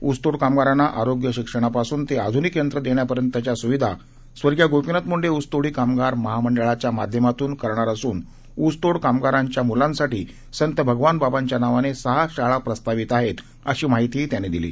ऊसतोड कामगारांना आरोग्य शिक्षणापासून ते आधूनिक यंत्र देण्यापर्यंतच्या सुविधा स्वर्गीय गोपीनाथ मुंडे ऊसतोडणी कामगार महामंडळाच्या माध्यमातून करणार असून ऊसतोड कामगारांच्या मुलांसाठी संत भगवान बाबांच्या नावाने सहा शाळा प्रस्तावित आहेत अशी माहितीही त्यांनी दिली